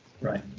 right